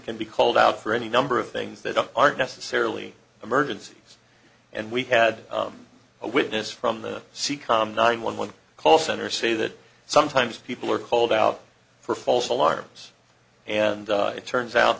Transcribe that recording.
can be called out for any number of things that aren't necessarily emergencies and we had a witness from the c com nine one one call center say that sometimes people are called out for false alarms and it turns out